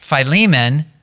Philemon